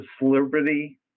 liberty